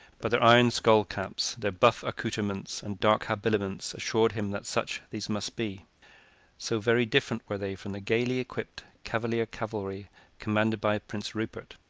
but their iron skull-caps, their buff accouterments, and dark habiliments assured him that such these must be so very different were they from the gayly-equipped cavalier cavalry commanded by prince rupert.